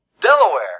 Delaware